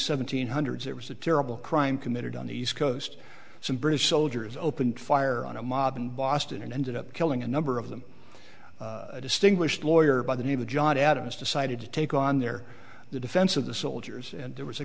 seventy's hundreds it was a terrible crime committed on the east coast some british soldiers opened fire on a mob in boston and ended up killing a number of them a distinguished lawyer by the name of john adams decided to take on their the defense of the soldiers and there was a